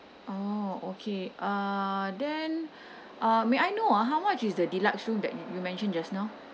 oh okay uh then uh may I know how ah much is the deluxe room that you you mentioned just now